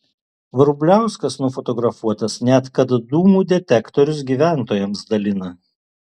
vrubliauskas nufotografuotas net kad dūmų detektorius gyventojams dalina